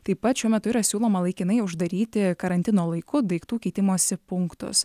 taip pat šiuo metu yra siūloma laikinai uždaryti karantino laiku daiktų keitimosi punktus